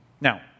Now